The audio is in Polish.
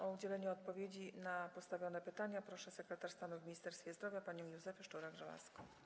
O udzielenie odpowiedzi na postawione pytania proszę sekretarz stanu w Ministerstwie Zdrowia panią Józefę Szczurek-Żelazko.